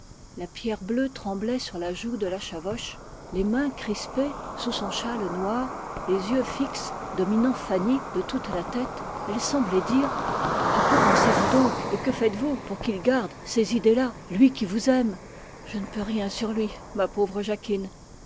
la pierre bleue tremblait sur la joue de la chavoche les mains crispées sous son châle noir les yeux fixes dominant fanny de toute la tête elle semblait dire à quoi pensez-vous donc et que faites-vous pour qu'il garde ces idées-là lui qui vous aime je ne peux rien sur lui ma pauvre jacquine